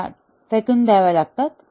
त्या फेकून द्याव्या लागतात